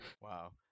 Wow